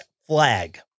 flag